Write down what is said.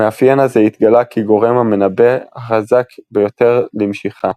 המאפיין הזה התגלה כגורם המנבא החזק ביותר למשיכה.